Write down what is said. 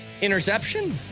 interception